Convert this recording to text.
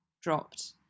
dropped